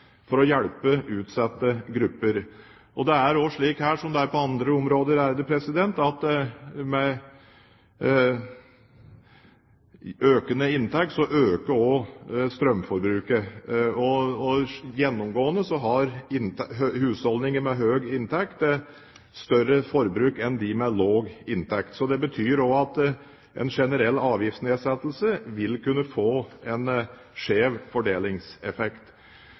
for å hjelpe utsatte grupper. Det er slik her som det er på andre områder, at med økende inntekt øker også strømforbruket. Gjennomgående har husholdninger med høy inntekt større forbruk enn de med lav inntekt. Det betyr at en generell avgiftsnedsettelse vil kunne få en skjev fordelingseffekt.